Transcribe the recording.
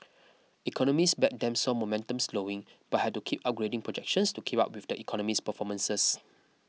economists back them saw momentum slowing but had to keep upgrading projections to keep up with the economy's performances